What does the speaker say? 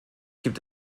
gibt